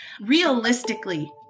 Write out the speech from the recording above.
Realistically